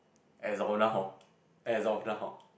as of now hor as of now hor